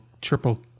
triple